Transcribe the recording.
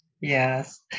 Yes